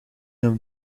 een